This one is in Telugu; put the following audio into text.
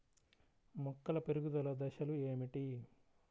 మొక్కల పెరుగుదల దశలు ఏమిటి?